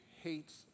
hates